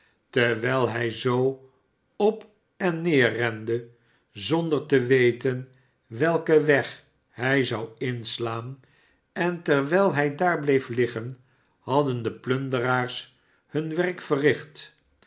terwijl hij zoo op en neer rende zonder te weten welken weg ij zou inslaan en terwijl hij daar bleef liggen hadden de plunderaars hun werk verricht